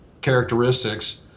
characteristics